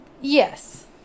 Yes